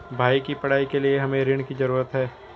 भाई की पढ़ाई के लिए हमे ऋण की जरूरत है